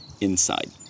inside